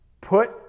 Put